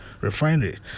refinery